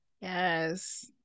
yes